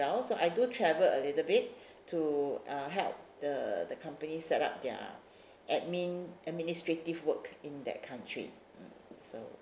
so I do travel a little bit to uh help the the company set up their admin administrative work in that country mm so